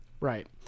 Right